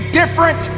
different